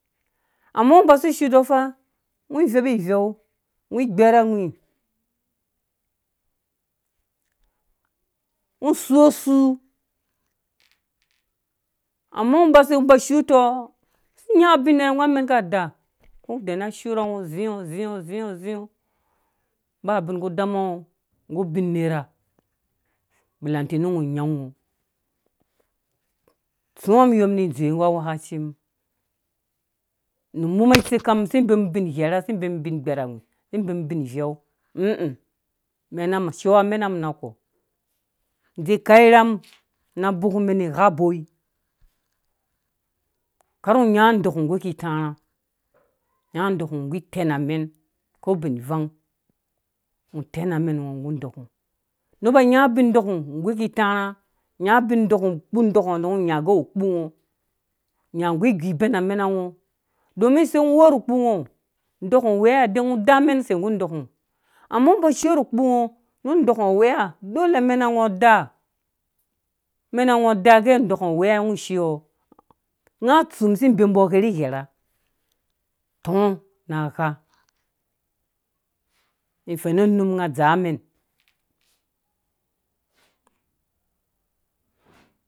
Amma ngɔ baba si shutɔ fengɔ veupo iveu ngɔ gberho awii ngɔ suwɔ su amma ngɔ ba shutɔ si nyaɔ ubin nerha nggu amɛn ka daa ngɔ dɛɛ na shurha ngɔ ziɔ ziɔ ziɔ ziɔ ba bin ku dama ngɔ nggu ubin nerha be lateni ngɔ nyahũ ngɔ tsuwa mummiyɔ ni dzowe awẽkaci mum nu muma tse kam si bee ubin gherha si bee mum ubin gberawii si bee mum bin iveu ĩ ĩ mɛna shiwua mɛna mum ma kɔ zi kau irham na bok mɛn gha boi karh ngɔ nyaɔ dɔkungu gʊ ki tarha nya dɔkungu nggu itɛn amɛn ko bɛn vang ngɔ tɛn amɛnngo gũ ndɔkungu neba nya ubin dokungu gi ki tãrhã nya ubin dɔkungu kpu dɔkungu ngɔ nyagɛ awu kpangɔ nga gu gũbɛn amɛna ngɔ domi se ngɔ wuɔ rhu kpu ngɔ ɔku ngu aweya de ngu daa amɛn se nggu undɔkungu amma ngɔ ba shin rhu kpungɔ nu ɔkungu aweya dde amɛna ngɔ daa mɛna ngɔ aa gɛ dɔkunguwea ngɔ shiɔ nga tsu mumsi bea mbɔ ghɛrhighera tɔɔna ghe ni fɛnu num nga dzaa mɛn.